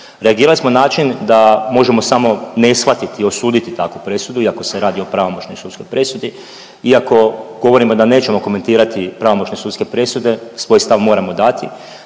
Reagirali smo na način da možemo samo ne shvatiti i osuditi taku presudu iako se radi o pravomoćnoj sudskoj presudi, iako govorimo da nećemo komentirati pravomoćne sudske presude svoj stav moramo dati.